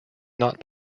not